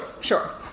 sure